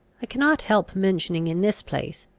i cannot help mentioning in this place,